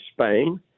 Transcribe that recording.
Spain